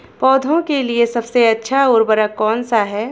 पौधों के लिए सबसे अच्छा उर्वरक कौनसा हैं?